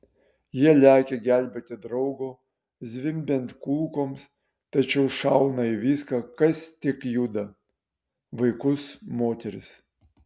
jie lekia gelbėti draugo zvimbiant kulkoms tačiau šauna į viską kas tik juda vaikus moteris